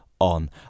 on